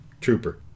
trooper